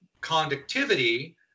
conductivity